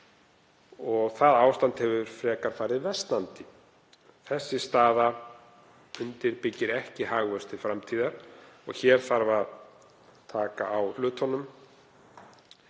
og það ástand hefur frekar farið versnandi. Þessi staða undirbyggir ekki hagvöxt til framtíðar og hér þarf að taka verulega